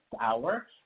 hour